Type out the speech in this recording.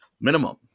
minimum